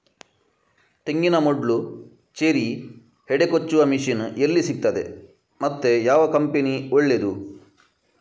ತೆಂಗಿನ ಮೊಡ್ಲು, ಚೇರಿ, ಹೆಡೆ ಕೊಚ್ಚುವ ಮಷೀನ್ ಎಲ್ಲಿ ಸಿಕ್ತಾದೆ ಮತ್ತೆ ಯಾವ ಕಂಪನಿ ಒಳ್ಳೆದು?